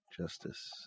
justice